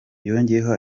yongeyeho